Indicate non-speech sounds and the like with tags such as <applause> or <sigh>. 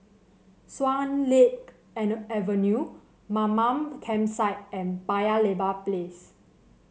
Swan Lake <unintelligible> Avenue Mamam Campsite and Paya Lebar Place